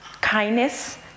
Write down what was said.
kindness